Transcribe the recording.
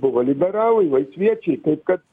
buvo liberalai laisviečiai taip kad